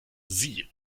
sie